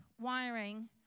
wiring